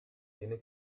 viene